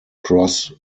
cross